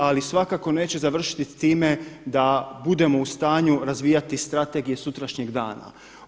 Ali svakako neće završiti s time da budemo u stanju razvijati strategije sutrašnjeg dana.